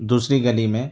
دوسری گلی میں